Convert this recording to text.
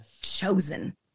chosen